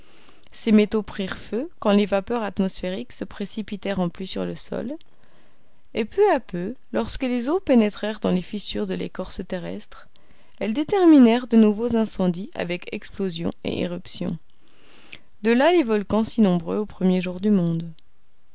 ces métaux prirent feu quand les vapeurs atmosphériques se précipitèrent en pluie sur le sol et peu à peu lorsque les eaux pénétrèrent dans les fissures de l'écorce terrestre elles déterminèrent de nouveaux incendies avec explosions et éruptions de là les volcans si nombreux aux premiers jours du monde